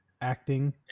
acting